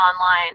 online